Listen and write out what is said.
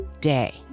day